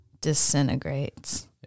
disintegrates